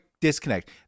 disconnect